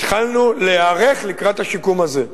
התחלנו להיערך לקראת השיקום הזה.